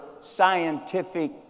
scientific